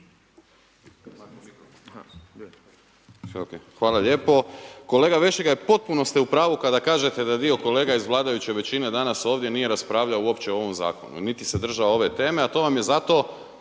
Hvala lijepo. Kolega Vešligaj, potpuno ste u pravu kada kažete da dio kolega iz vladajuće većine danas ovdje nije raspravljao o ovom zakonu niti se držao ove teme. A to vam je zato